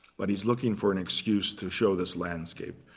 but he's looking for an excuse to show this landscape.